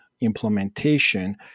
implementation